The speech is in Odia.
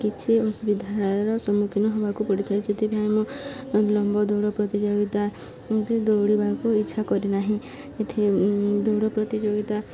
କିଛି ଅସୁବିଧାର ସମ୍ମୁଖୀନ ହେବାକୁ ପଡ଼ିଥାଏ ସେଥିପାଇଁ ମୁଁ ଲମ୍ବ ଦୌଡ଼ ପ୍ରତିଯୋଗିତା ଯେ ଦୌଡ଼ିବାକୁ ଇଚ୍ଛା କରେନାହିଁ ଏଠି ଦୌଡ଼ ପ୍ରତିଯୋଗିତା